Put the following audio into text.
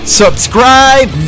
subscribe